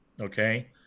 okay